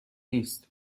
نیست